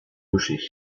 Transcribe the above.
buschig